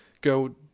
go